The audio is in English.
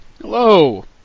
Hello